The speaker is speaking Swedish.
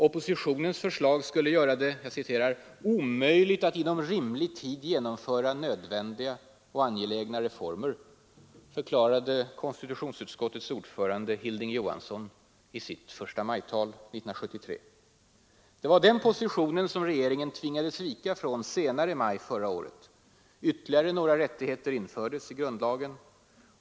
Oppositionens förslag skulle göra det ”omöjligt att inom rimlig tid genomföra nödvändiga och angelägna reformer”, förklarade konstitutionsutskottets ordförande Hilding Johansson i sitt förstamajtal 1973. Det var den positionen som regeringen tvingades vika från senare i maj förra året. Ytterligare några rättigheter infördes i grundlagen.